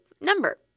number